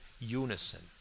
unison